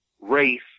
race